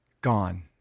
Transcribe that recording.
gone